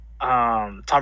Tom